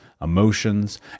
emotions